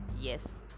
Yes